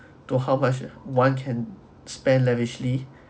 to how much ah one can spend lavishly